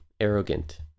arrogant